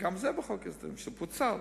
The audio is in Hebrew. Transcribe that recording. וגם זה בחוק ההסדרים שפוצל,